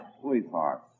sweetheart